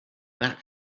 that